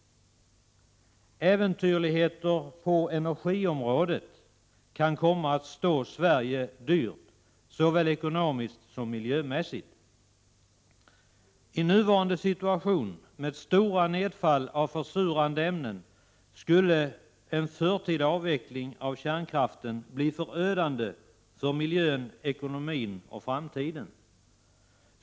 Äventyrligheter på energiområdet kan komma att stå Sverige dyrt såväl ekonomiskt som miljömässigt. I nuvarande situation med stora nedfall av försurande ämnen skulle en förtida avveckling av kärnkraften bli förödande för miljön, ekonomin och framtiden.